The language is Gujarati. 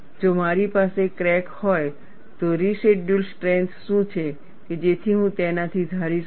જો મારી પાસે ક્રેક હોય તો રેસિડયૂઅલ સ્ટ્રેન્થ શું છે કે જે હું તેનાથી ધારી શકું